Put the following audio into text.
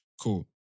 Cool